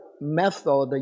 method